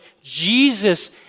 Jesus